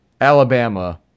Alabama